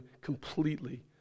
completely